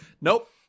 Nope